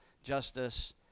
justice